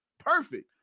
Perfect